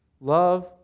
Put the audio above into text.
love